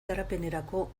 garapenerako